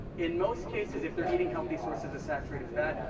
in most cases, if they're eating healthy sources of saturated fat,